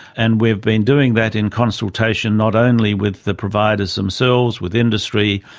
and we've been doing that in consultation not only with the providers themselves, with industry,